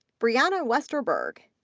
brianna westerberg,